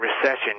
recession